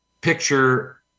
picture